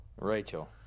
Rachel